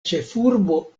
ĉefurbo